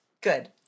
Good